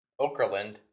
Okerland